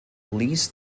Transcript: least